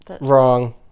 Wrong